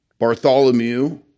Bartholomew